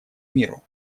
миру